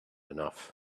enough